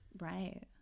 Right